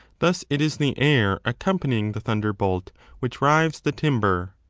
thus it is the air accompanying the thunderbolt which rives the timber.